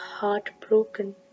heartbroken